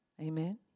Amen